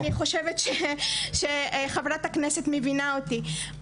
ואני חושבת שחברת הכנסת מבינה אותי.